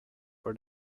for